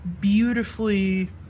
beautifully